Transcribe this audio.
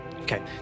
Okay